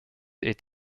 est